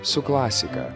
su klasika